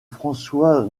françois